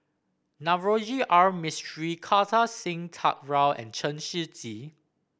Navroji R Mistri Kartar Singh Thakral and Chen Shiji